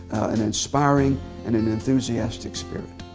an inspiring and an enthusiastic spirit.